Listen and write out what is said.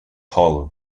hall